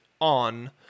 on